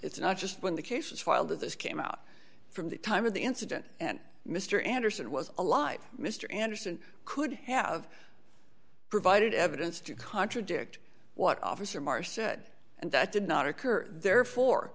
it's not just when the case was filed that this came out from the time of the incident when mr anderson was alive mr anderson could have provided evidence to contradict what officer maher said and that did not occur therefore